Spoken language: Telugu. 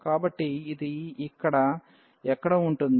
కాబట్టి ఇది ఇక్కడ ఎక్కడో ఉంటుంది